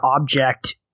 object